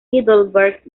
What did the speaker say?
heidelberg